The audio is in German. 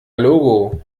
logo